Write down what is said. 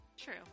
True